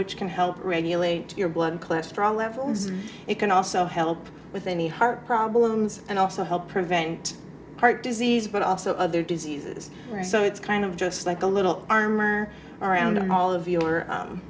which can help regulate your blood cholesterol levels and it can also help with any heart problems and also help prevent heart disease but also other diseases so it's kind of just like a little armor around all of your